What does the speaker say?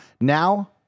now